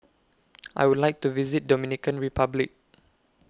I Would like to visit Dominican Republic